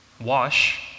Wash